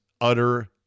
utter